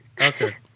Okay